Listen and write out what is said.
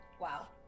Wow